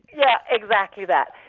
yeah exactly that.